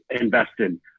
invested